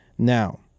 Now